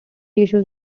issues